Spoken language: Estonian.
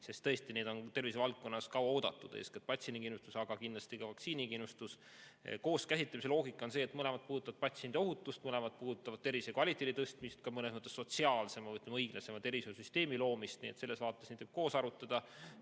sest tõesti, neid on tervisevaldkonnas kaua oodatud, eeskätt patsiendikindlustust, aga kindlasti ka vaktsiinikindlustust. Koos käsitlemise loogika on see, et mõlemad puudutavad patsiendiohutust, mõlemad puudutavad tervise kvaliteedi tõstmist, ka mõnes mõttes sotsiaalse või, ütleme, õiglasema tervishoiusüsteemi loomist. Nii et selles vaates neid võib koos arutada.